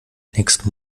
nächsten